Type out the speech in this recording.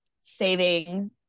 saving